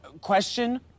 question